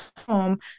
Home